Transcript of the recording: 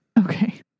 Okay